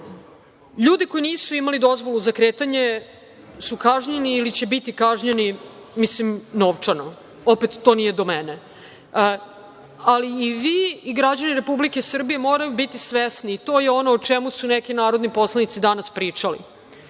koji nisu imali dozvolu za kretanje su kažnjeni ili će biti kažnjeni novčano, opet, to nije do mene. Ali, i vi i građani Republike Srbije morate biti svesni, to je ono o čemu su neki narodni poslanici danas pričali,